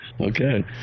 Okay